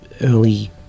early